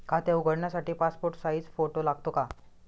खाते उघडण्यासाठी passport size photo लागतो का?